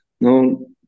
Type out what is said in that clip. no